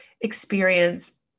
experience